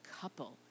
couple